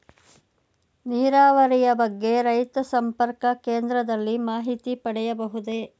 ನೀರಾವರಿಯ ಬಗ್ಗೆ ರೈತ ಸಂಪರ್ಕ ಕೇಂದ್ರದಲ್ಲಿ ಮಾಹಿತಿ ಪಡೆಯಬಹುದೇ?